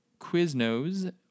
Quiznos